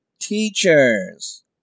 teachers